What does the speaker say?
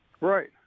Right